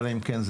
אלא אם כן,